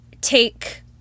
take